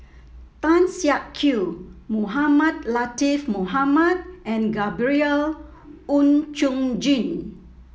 Tan Siak Kew Mohamed Latiff Mohamed and Gabriel Oon Chong Jin